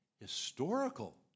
historical